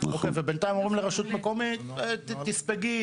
ובינתיים אומרים לרשות מקומית תספגי,